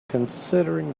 considering